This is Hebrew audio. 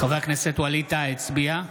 חבר הכנסת ווליד טאהא הצביע.